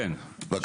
בבקשה.